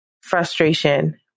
frustration